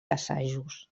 assajos